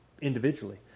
individually